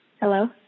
Hello